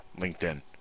LinkedIn